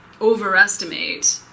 overestimate